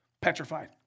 petrified